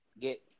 get